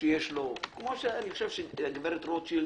כמו שאני חושב שהגב' רוטשילד